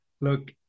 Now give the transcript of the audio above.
Look